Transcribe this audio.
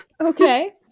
okay